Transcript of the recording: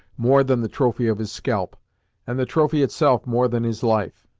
more than the trophy of his scalp and the trophy itself more than his life.